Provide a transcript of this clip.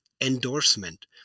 endorsement